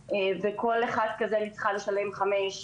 ולכל אחד כזה אני צריכה לשל 5,000,